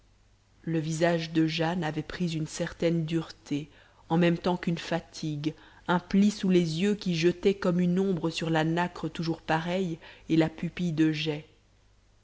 le visage de jane avait pris une certaine dureté en même temps qu'une fatigue un pli sous les yeux qui jetait comme une ombre sur la nacre toujours pareille et la pupille de jais